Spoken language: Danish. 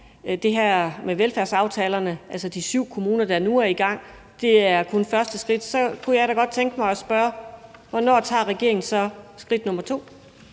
færdige med velfærdsaftalerne. De syv kommuner, der nu er i gang, er kun første skridt, så jeg kunne da godt tænke mig at spørge: Hvornår tager regeringen så skridt nummer 2?